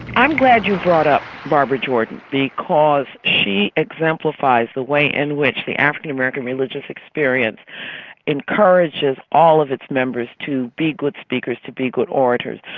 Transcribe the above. i'm glad you brought up barbara jordan because she exemplifies the way in which the african american religious experience encourages all of its members to be good speakers, to be good orators.